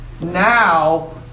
now